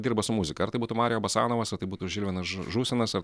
dirba su muzika ar tai būtų mario basanovas ar tai būtų žilvinas ž žusinas ar